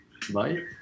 Bye